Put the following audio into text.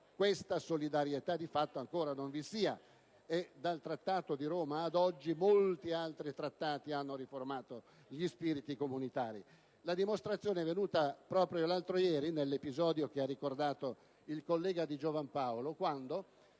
questa solidarietà di fatto ancora non vi sia, e dal Trattato di Roma ad oggi molti altri trattati hanno riformato gli spiriti comunitari. La dimostrazione è venuta proprio l'altro ieri nell'episodio che ha ricordato il collega Di Giovan Paolo, quando,